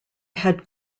have